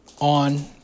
on